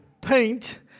paint